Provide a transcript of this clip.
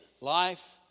Life